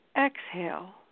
exhale